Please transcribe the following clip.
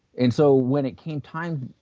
and so when it came time